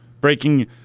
Breaking